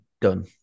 Done